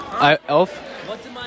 Elf